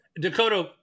Dakota